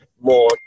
more